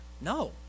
No